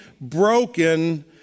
broken